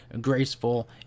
graceful